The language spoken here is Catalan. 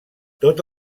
tots